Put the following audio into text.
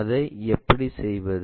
அதை எப்படி செய்வது